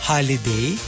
Holiday